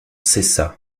cessa